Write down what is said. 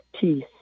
Peace